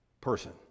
person